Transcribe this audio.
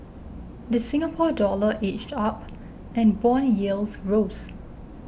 the Singapore Dollar edged up and bond yields rose